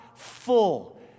full